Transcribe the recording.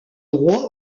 droit